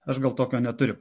aš gal tokio neturiu